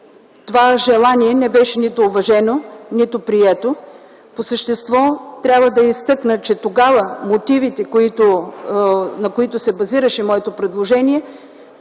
това желание не беше нито уважено, нито прието. По същество трябва да изтъкна, че тогава мотивите, на които се базираше моето предложение,